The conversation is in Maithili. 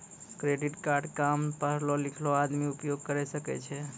क्रेडिट कार्ड काम पढलो लिखलो आदमी उपयोग करे सकय छै?